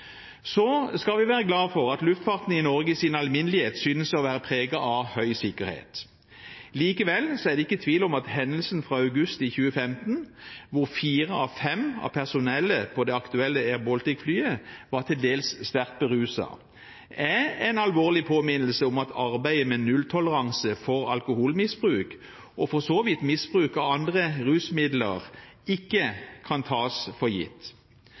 Så skal vi være glad for at luftfarten i Norge i sin alminnelighet synes å være preget av høy sikkerhet. Likevel er det ikke tvil om at hendelsen i august i 2015, hvor fire av fem av personellet på det aktuelle Air Baltic-flyet var til dels sterkt beruset, er en alvorlig påminnelse om at arbeidet med nulltoleranse for alkoholmisbruk, og for så vidt misbruk av andre rusmidler, ikke kan tas for gitt.